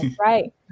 right